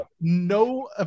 no